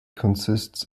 consists